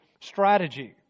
strategy